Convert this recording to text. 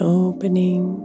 opening